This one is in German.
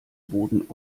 boden